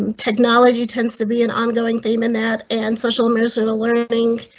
um technology tends to be an ongoing theme in that and social emotional learning